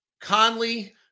Conley